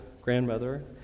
grandmother